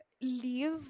leave